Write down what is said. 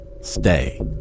stay